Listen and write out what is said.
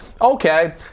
okay